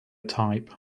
type